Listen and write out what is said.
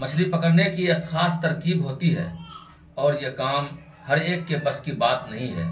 مچھلی پکڑنے کی ایک خاص ترکیب ہوتی ہے اور یہ کام ہر ایک کے بس کی بات نہیں ہے